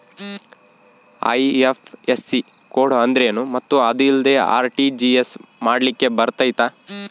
IFSC code ಅಂದ್ರೇನು ಮತ್ತು ಅದಿಲ್ಲದೆ ಆರ್.ಟಿ.ಜಿ.ಎಸ್ ಮಾಡ್ಲಿಕ್ಕೆ ಬರ್ತೈತಾ?